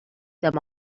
them